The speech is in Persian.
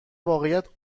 واقعیت